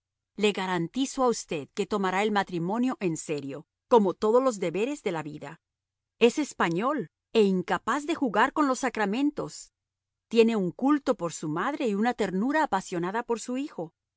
le garantizo a usted que tomará el matrimonio en serio como todos los deberes de la vida es español e incapaz de jugar con los sacramentos tiene un culto por su madre y una ternura apasionada por su hijo